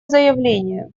заявление